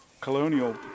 Colonial